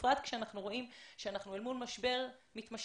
בפרט כשאנחנו רואים שאנחנו אל מול משבר מתמשך.